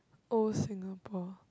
old Singapore